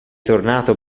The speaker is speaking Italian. tornato